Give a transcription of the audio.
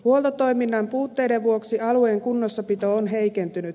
huoltotoiminnan puutteiden vuoksi alueen kunnossapito on heikentynyt